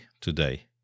today